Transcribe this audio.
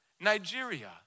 Nigeria